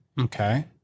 Okay